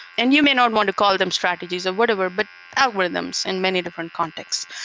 and you may not want to call them strategies or whatever, but algorithms in many different context.